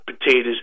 potatoes